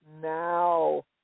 now